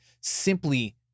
simply